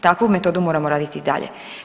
Takvu metodu moramo raditi i dalje.